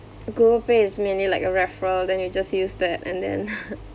Google pay is mainly like a referral then you just use that and then